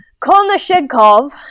Konashenkov